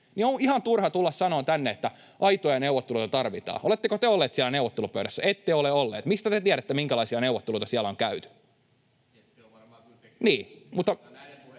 on ihan turha tulla sanomaan tänne, että aitoja neuvotteluja tarvitaan. Oletteko te olleet siellä neuvottelupöydässä? Ette ole olleet. Mistä te tiedätte, minkälaisia neuvotteluita siellä on käyty? [Joona